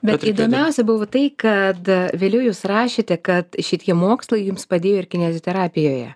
bet įdomiausia buvo tai kad vėliau jūs rašėte kad šitie mokslai jums padėjo ir kineziterapijoje